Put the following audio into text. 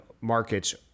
markets